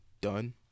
done